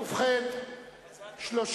נא להצביע.